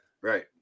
right